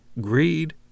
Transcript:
greed